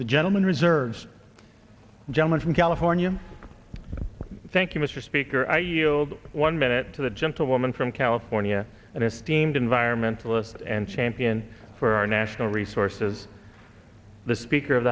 the gentleman reserves gentleman from california thank you mr speaker i yield one minute to the gentlewoman from california and esteemed environmentalist and champion for our national resources the speaker of